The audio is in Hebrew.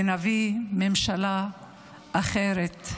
ונביא ממשלה אחרת,